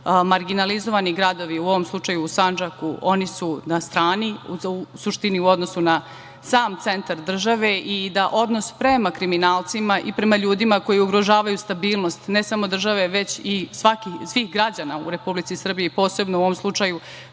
marginalizovani gradovi, u ovom slučaju, u Sandžaku. Oni su na strani, u suštini, u odnosu na sam centar države i da odnos prema kriminalcima i prema ljudima koji ugrožavaju stabilnost, ne samo države, već i svih građana u Republici Srbiji, posebno u ovom slučaju